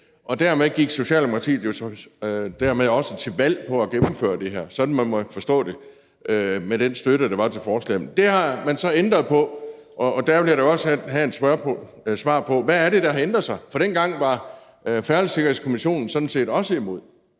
og dermed gik Socialdemokratiet også til valg på at gennemføre det her. Sådan må man forstå det med den støtte, der var til forslaget. Det har man så ændret på, og jeg vil da gerne have et svar på, hvad det er, der har ændret sig. Dengang var Færdselssikkerhedskommissionen sådan set også imod.